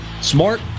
smart